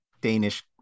Danish